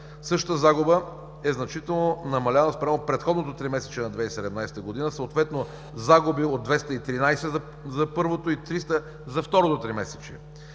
Същата загуба е значително намалена спрямо предходното тримесечие на 2017 г., съответно загуби от 213 за първото и 300 за второто тримесечие.